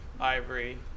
ivory